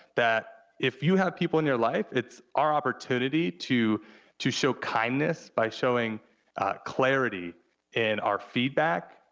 that if you have people in your life, it's our opportunity to to show kindness by showing clarity in our feedback,